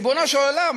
ריבונו של עולם,